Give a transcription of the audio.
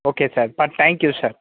okay sir sir thank you sir